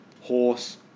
Horse